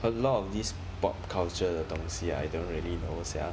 a lot of these pop culture 的东西 I don't really know sia